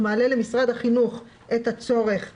מעלה למשרד החינוך את הצורך ברכבים,